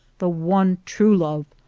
the one true love,